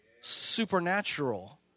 supernatural